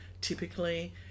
typically